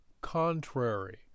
contrary